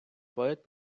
поет